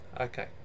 Okay